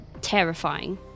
terrifying